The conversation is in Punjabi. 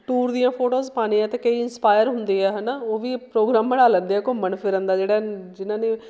ਟੂਰ ਦੀਆਂ ਫੋਟੋਸ ਪਾਉਣੇ ਆ ਅਤੇ ਕਈ ਇੰਸਪਾਇਰ ਹੁੰਦੇ ਆ ਹੈ ਨਾ ਉਹ ਵੀ ਪ੍ਰੋਗਰਾਮ ਬਣਾ ਲੈਂਦੇ ਆ ਘੁੰਮਣ ਫਿਰਨ ਦਾ ਜਿਹੜਾ ਜਿਨਾਂ ਨੇ